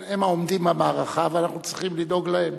הם העומדים במערכה, ואנחנו צריכים לדאוג להם.